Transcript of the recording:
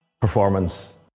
performance